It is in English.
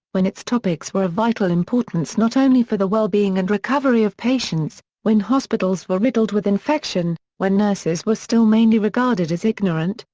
when its topics were of vital importance not only for the well-being and recovery of patients, when hospitals were riddled with infection, when nurses were still mainly regarded as ignorant,